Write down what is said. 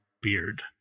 beard